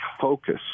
focus